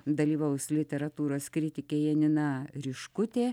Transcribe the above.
dalyvaus literatūros kritikė janina riškutė